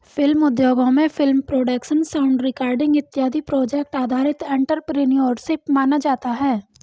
film उद्योगों में film production sound recording इत्यादि प्रोजेक्ट आधारित एंटरप्रेन्योरशिप माना जाता है